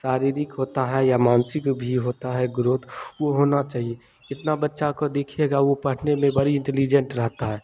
शारीरक होता है या मानसिक भी होता है ग्रोथ वह होना चाहिए इतने बच्चों को देखिएगा वह पढ़ने में बड़े इंटेलीजेंट रहते हैं